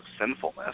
sinfulness